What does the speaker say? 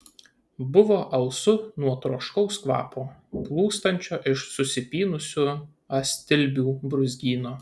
buvo alsu nuo troškaus kvapo plūstančio iš susipynusių astilbių brūzgyno